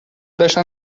داشتم